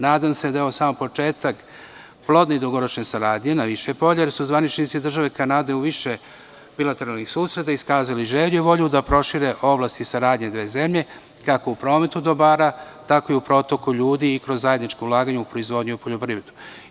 Nadam se da je ovo samo početak plodne i dugoročne saradnje na više polja jer su zvaničnici države Kanade u više bilateralnih susreta iskazali želju i volju da prošire oblasti saradnje dve zemlje kako u prometu dobara, tako i u protoku ljudi i kroz zajednička ulaganja u proizvodnju i poljoprivredu.